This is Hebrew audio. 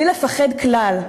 בלי לפחד כלל.